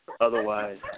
otherwise